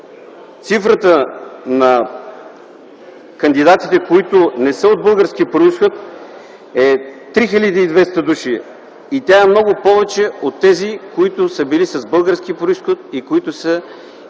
цифрата на кандидатите, които не са от български произход, е 3200 души. Тя е много повече от тези, които са били с български произход и които са